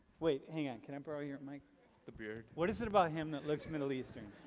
wait hang on. can i borrow your mic? the beard. what is it about him that looks middle eastern?